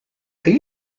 are